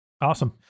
Awesome